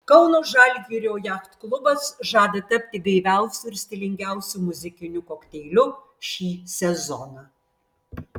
kauno žalgirio jachtklubas žada tapti gaiviausiu ir stilingiausiu muzikiniu kokteiliu šį sezoną